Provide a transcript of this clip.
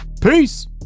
peace